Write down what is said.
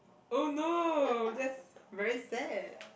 oh no that's very sad